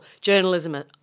journalism